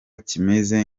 kimeze